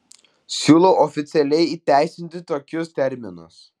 siūlau oficialiai įteisinti tokius terminus